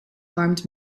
armed